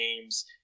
games